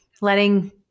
letting